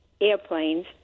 airplanes